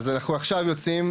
אז אנחנו עכשיו יוצאים.